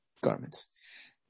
garments